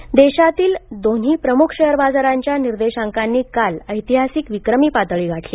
share देशातील दोन्ही प्रमुख शेअर बाजारांच्या निर्देशांकानी काल ऐतिहासिक विक्रमी पातळी गाठली